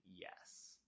yes